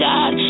God